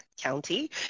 County